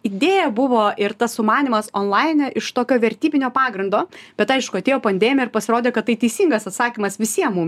idėja buvo ir tas sumanymas on laine iš tokio vertybinio pagrindo bet aišku atėjo pandemija ir pasirodė kad tai teisingas atsakymas visiem mum